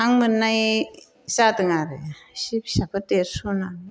हां मोननाय जादों आरो एसे फिसाफोर देरस्र'ना